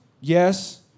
Yes